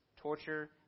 torture